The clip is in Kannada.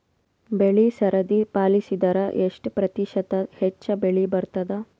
ಬೆಳಿ ಸರದಿ ಪಾಲಸಿದರ ಎಷ್ಟ ಪ್ರತಿಶತ ಹೆಚ್ಚ ಬೆಳಿ ಬರತದ?